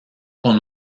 con